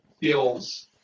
Feels